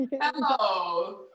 hello